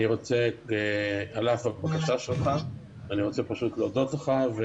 אני פשוט רוצה להודות לך.